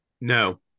No